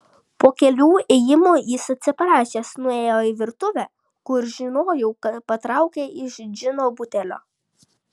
po kelių ėjimų jis atsiprašęs nuėjo į virtuvę kur žinojau patraukė iš džino butelio